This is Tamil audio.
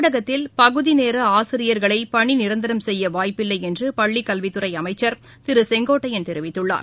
தமிழகத்தில் பகுதி நேர ஆசிரியர்களை பணி நிரந்தரம் செய்ய வாய்ப்பில்லை என்று பள்ளிக்கல்வித் துறை அமைச்சர் திரு செங்கோட்டையள் தெரிவித்துள்ளார்